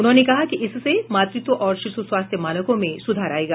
उन्होंने कहा कि इससे मातृत्व और शिश् स्वास्थ्य मानकों में सुधार आएगा